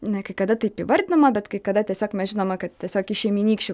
na kai kada taip įvardinama bet kai kada tiesiog mes žinome kad tiesiog iš šeimynykščių